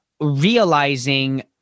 realizing